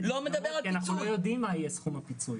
מקדמה כי אנחנו לא יודעים מה יהיה סכום הפיצוי.